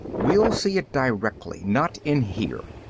we'll see it directly, not in here.